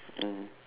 mmhmm